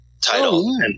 title